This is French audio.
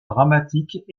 dramatique